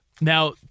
Now